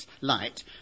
light